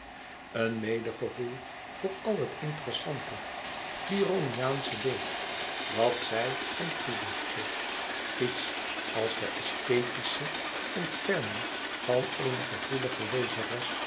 een medegevoel voor al het interessante byroniaansche leed dat zij hem toedichtte iets als de aesthetische ontferming van eene gevoelige lezeres